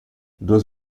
duas